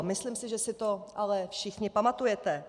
Myslím si, že si to ale všichni pamatujete.